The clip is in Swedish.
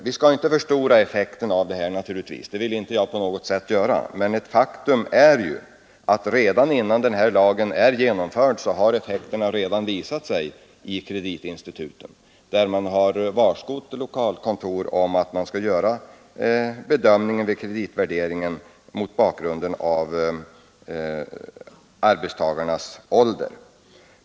Vi skall inte förstora effekten av detta — det vill jag inte på något sätt göra — men ett faktum är att effekterna har visat sig i kreditinstituten redan innan lagen är genomförd. Man har varskott lokalkontor om att de skall göra kreditbedömningen även mot bakgrund av arbetstagarnas ålder.